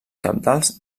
cabdals